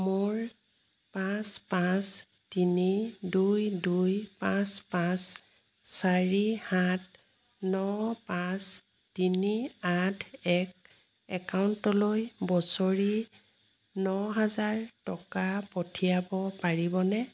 মোৰ পাঁচ পাঁচ তিনি দুই দুই পাঁচ পাঁচ চাৰি সাত ন পাঁচ তিনি আঠ এক একাউণ্টলৈ বছৰি ন হাজাৰ টকা পঠিয়াব পাৰিবনে